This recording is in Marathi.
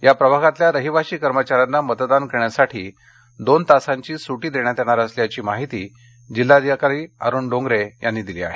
या प्रभागातल्या रहिवाशी कर्मचाऱ्यांना मतदान करण्यासाठी दोन तासाची सुटी देण्यात येणार असल्याची माहिती जिल्हाधिकारी अरूण डोंगरे यांनी दिली आहे